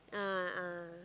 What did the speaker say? a'ah